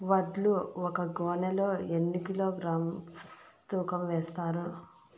వడ్లు ఒక గోనె లో ఎన్ని కిలోగ్రామ్స్ తూకం వేస్తారు?